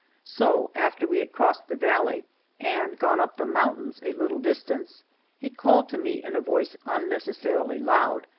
so after we had crossed the valley and gone up the mountains a little distance he called to me in a voice unnecessarily loud,